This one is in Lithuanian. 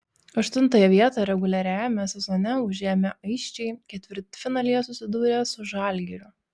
aštuntąją vietą reguliariajame sezone užėmę aisčiai ketvirtfinalyje susidūrė su žalgiriu